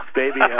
baby